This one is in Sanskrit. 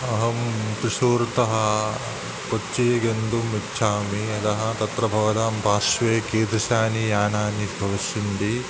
अहं त्रिशूर्तः कोच्ची गन्तुम् इच्छामि अतः तत्र भवतां पार्श्वे कीदृशानि यानानि भविष्यन्ति